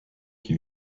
qui